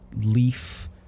leaf